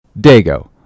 Dago